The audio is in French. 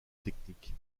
technique